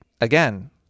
again